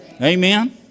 amen